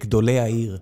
גדולי העיר.